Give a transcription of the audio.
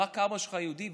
רק אבא שלך יהודי,